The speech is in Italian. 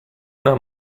una